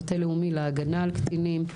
מטה לאומי 105 להגנה על קטינים,